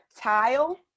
tile